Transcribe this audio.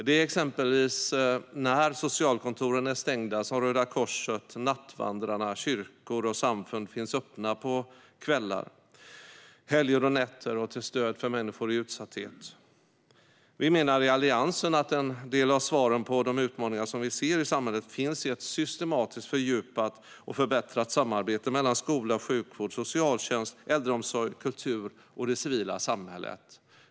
Det är exempelvis när socialkontoren är stängda som Röda Korset, nattvandrarna, kyrkor och samfund finns tillgängliga. Under kvällar, helger och nätter finns de till stöd för människor i utsatthet. Vi i Alliansen menar att en del av svaren på de utmaningar som vi ser i samhället finns i ett systematiskt fördjupat och förbättrat samarbete mellan skola, sjukvård, socialtjänst, äldreomsorg, kultur och det civila samhället.